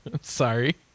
sorry